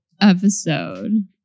episode